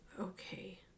okay